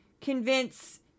convince